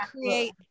create